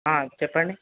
చెప్పండి